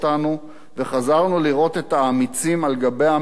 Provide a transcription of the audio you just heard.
וחזרנו לראות את האמיצים על גבי המרקע.